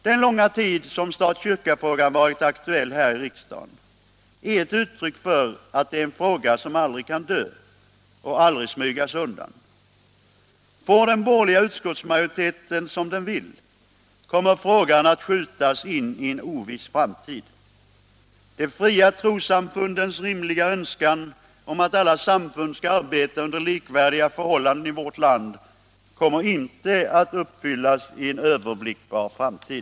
Den långa tid som stat-kyrka-frågan varit aktuell här i riksdagen är ett uttryck för att det är en fråga som aldrig kan dö och aldrig smygas undan. Får den borgerliga utskottsmajoriteten som den vill kommer frågan att skjutas in i en oviss framtid. De fria trossamfundens rimliga önskan att alla samfund skall arbeta under likvärdiga förhållanden i vårt land kommer icke att uppfyllas i en överblickbar framtid.